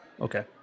Okay